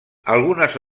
algunes